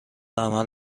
عمل